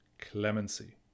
clemency